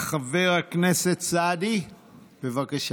חבר הכנסת סעדי, בבקשה.